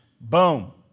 Boom